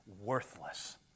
worthless